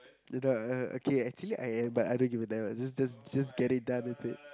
you done oh okay actually I am but I don't give a damn just just just get it done with it